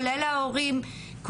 כולל ההורים.